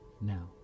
Now